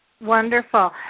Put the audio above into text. Wonderful